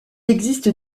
existe